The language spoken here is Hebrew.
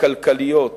כלכליות